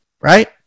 right